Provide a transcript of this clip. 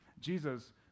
Jesus